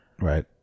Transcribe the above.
right